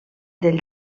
del